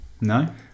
No